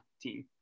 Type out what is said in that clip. team